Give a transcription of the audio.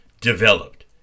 developed